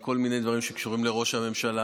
כל מיני דברים שקשורים לראש הממשלה.